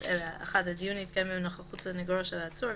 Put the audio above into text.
אלה: (1)הדיון יתקיים בנוכחות סניגורו של העצור,